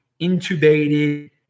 intubated